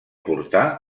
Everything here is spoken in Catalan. portar